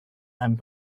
and